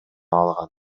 алган